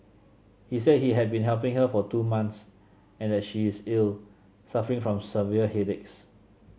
he said he had been helping her for two months and that she is ill suffering from severe headaches